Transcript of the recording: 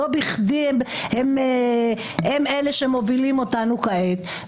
לא בכדי הם אלה שמובילים אותנו כעת.